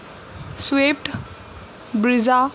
swift Brezza